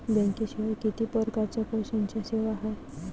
बँकेशिवाय किती परकारच्या पैशांच्या सेवा हाय?